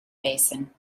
basin